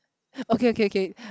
okay okay okay